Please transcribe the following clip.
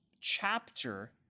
chapter